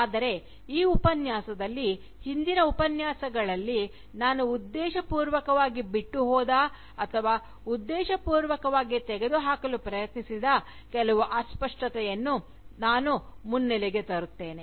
ಆದರೆ ಈ ಉಪನ್ಯಾಸದಲ್ಲಿ ಹಿಂದಿನ ಉಪನ್ಯಾಸಗಳಲ್ಲಿ ನಾನು ಉದ್ದೇಶಪೂರ್ವಕವಾಗಿ ಬಿಟ್ಟುಹೋದ ಅಥವಾ ಉದ್ದೇಶಪೂರ್ವಕವಾಗಿ ತೆಗೆದುಹಾಕಲು ಪ್ರಯತ್ನಿಸಿದ ಕೆಲವು ಅಸ್ಪಷ್ಟತೆಯನ್ನು ನಾನು ಮುನ್ನೆಲೆಗೆ ತರುತ್ತೇನೆ